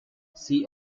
see